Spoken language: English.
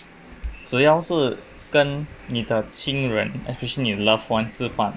只要是跟你的亲人 especially 你的 loved [ones] 吃饭